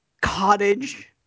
cottage